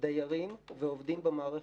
דיירים ועובדים במערכת.